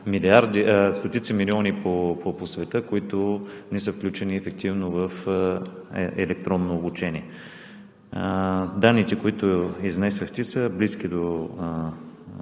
деца, стотици милиони по света, които не са включени ефективно в електронно обучение. Данните, които изнесохте, са близки до